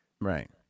Right